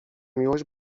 miłość